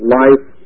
life